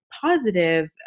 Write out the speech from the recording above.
positive